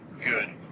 good